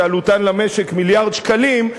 שעלותן למשק מיליארד שקלים,